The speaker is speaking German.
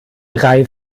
drei